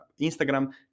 Instagram